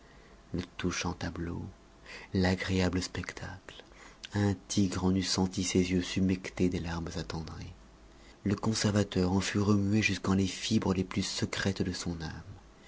touchant tableau l'agréable spectacle un tigre en eût senti ses yeux s'humecter de larmes attendries le conservateur en fut remué jusqu'en les fibres les plus secrètes de son âme